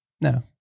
No